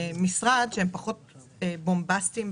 במסגרת הזאת קיבלנו תוספת של כ-60 תקנים,